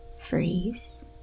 freeze